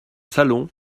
salon